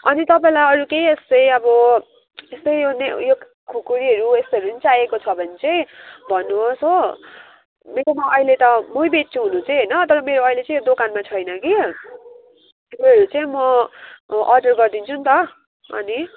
अनि तपाईँलाई अरू केही यस्तै अब यस्तै उयो खुकुरीहरू यस्तोहरू नि चाहिएको छ भने चाहिँ भन्नुहोस् हो मेरोमा अहिले त मै बेच्छु हुन चाहिँ होइन तर मेरो अहिले चाहिँ दोकानमा छैन कि त्योहरू चाहिँ म अर्डर गरिदिन्छु नि त अनि